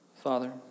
Father